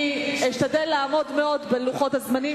אני אשתדל מאוד לעמוד בלוחות הזמנים,